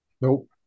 Nope